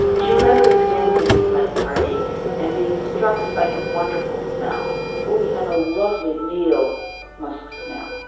she remembers dancing with him at a party and being struck by his wonderful smell oh, he had a lovely male musk smell.